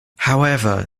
however